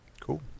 Cool